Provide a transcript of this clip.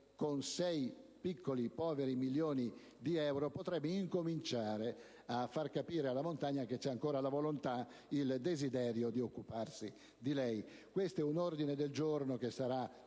con sei piccoli poveri milioni di euro, potrebbe cominciare a far capire alla montagna che vi è ancora la volontà ed il desiderio di occuparsi di lei. Questo è un ordine del giorno che sarà